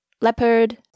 leopard